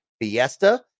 Fiesta